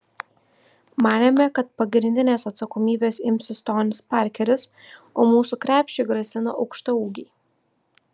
manėme kad pagrindinės atsakomybės imsis tonis parkeris o mūsų krepšiui grasino aukštaūgiai